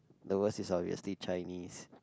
the worst is obviously Chinese